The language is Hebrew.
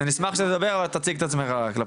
תציג את עצמך.